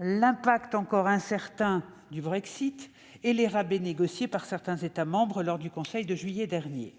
l'impact encore incertain du Brexit et les rabais négociés par certains États membres lors du Conseil de juillet dernier.